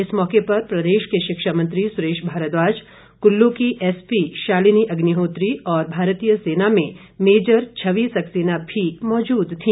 इस मौके पर प्रदेश के शिक्षा मंत्री सुरेश भारद्वाज कुल्लू की एसपी शालिनी अग्निहोत्री और भारतीय सेना में मेजर छवि सक्सेना भी मौजूद थी